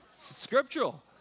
Scriptural